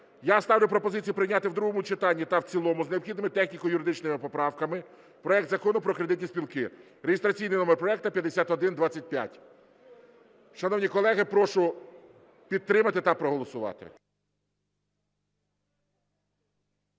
Я ставлю пропозицію прийняти в другому читанні та в цілому з необхідними техніко-юридичними поправками проект Закону про кредитні спілки (реєстраційний номер проекту 5125). Шановні колеги, прошу підтримати та проголосувати.